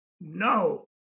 No